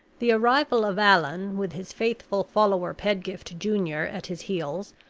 the arrival of allan, with his faithful follower, pedgift junior, at his heels,